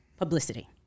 Publicity